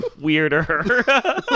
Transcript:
Weirder